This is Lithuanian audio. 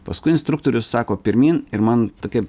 paskui instruktorius sako pirmyn ir man tokia